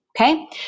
Okay